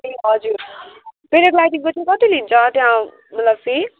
ए हजुर पेरेग्लाइडिङको चाहिँ कति लिन्छ त्यहाँ मतलब फी